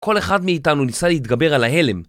כל אחד מאיתנו ניסה להתגבר על ההלם